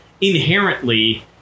inherently